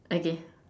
okay